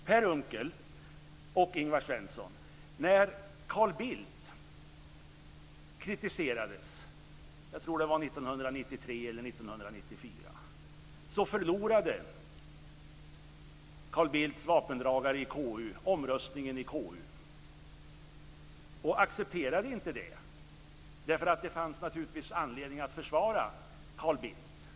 Per Unckel och Ingvar Svensson, när Carl Bildt kritiserades - jag tror att det var 1993 eller 1994 - förlorade Carl Bildts vapendragare i KU omröstningen i KU och accepterade inte det, därför att det naturligtvis fanns anledning att försvara Carl Bildt.